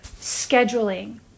scheduling